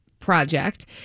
project